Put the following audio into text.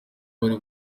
abari